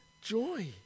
joy